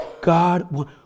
God